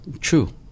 true